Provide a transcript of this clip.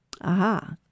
aha